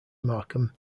markham